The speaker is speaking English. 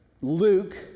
Luke